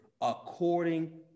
according